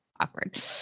Awkward